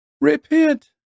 Repent